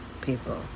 people